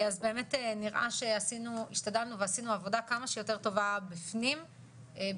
אז באמת נראה שהשתדלנו ועשינו עבודה כמה שיותר טובה בפנים החוק,